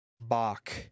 Bach